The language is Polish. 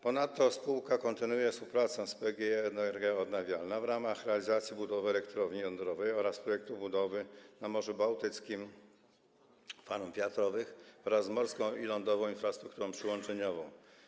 Ponadto spółka kontynuuje współpracę z PGE Energia Odnawialna w ramach realizacji budowy elektrowni jądrowej oraz projektu budowy na Morzu Bałtyckim farm wiatrowych oraz morskiej i lądowej infrastruktury przyłączeniowej.